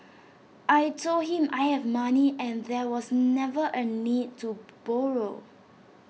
I Told him I have money and there was never A need to borrow